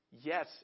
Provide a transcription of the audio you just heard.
Yes